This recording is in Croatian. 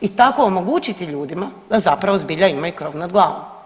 i tako omogućiti ljudima da zapravo zbilja imaju krov nad glavom.